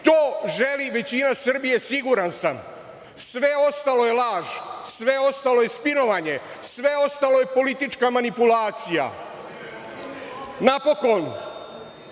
To želi većina Srbije siguran sam, sve ostalo je laž, sve ostalo je spinovanje, sve ostalo je politička manipulacija. Napokon,